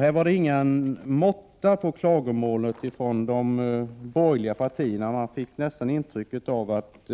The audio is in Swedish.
Här var det ingen måtta på klagomålen från de borgerliga partierna. Jag fick nästan intrycket att